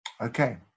okay